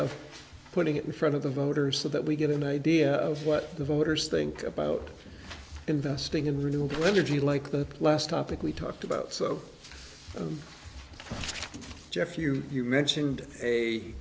of putting it in front of the voters so that we get an idea of what the voters think about investing in renewable energy like the last topic we talked about so jeff you mentioned a